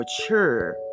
mature